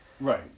Right